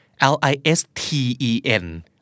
L-I-S-T-E-N